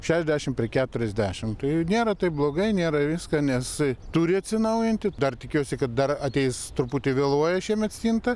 šešiasdešim keturiasdešim tai nėra taip blogai nėra ir viską nes turi atsinaujinti dar tikiuosi kad dar ateis truputį vėluoja šiemet stinta